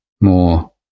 more